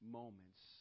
moments